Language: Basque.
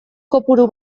kopuru